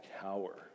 cower